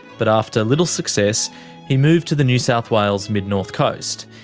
but after little success he moved to the new south wales mid-north coast.